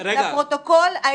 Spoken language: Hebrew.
לפרוטוקול,